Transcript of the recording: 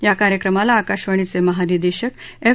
या कार्यक्रमाला आकाशवाणीचे महानिदेशक एफ